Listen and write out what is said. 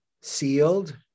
sealed